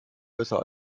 besser